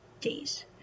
days